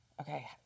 okay